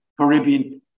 Caribbean